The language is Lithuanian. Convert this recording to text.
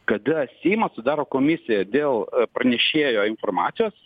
kada seimas sudaro komisija dėl pranešėjo informacijos